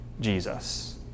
Jesus